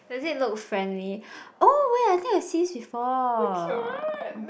does it look friendly oh wait I think I see this before